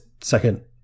second